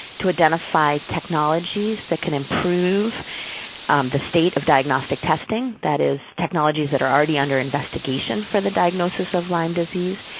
to identify technologies that can improve the state of diagnostic testing that is technologies that are already under investigation for the diagnoses of lyme disease,